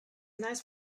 nice